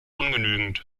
ungenügend